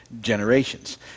generations